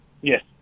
Yes